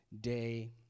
day